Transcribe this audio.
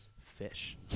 fish